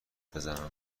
بزنم